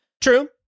True